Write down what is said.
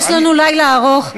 יש לנו לילה ארוך.